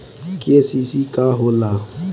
KCC का होला?